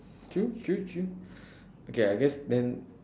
true true true okay I guess then